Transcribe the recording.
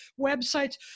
websites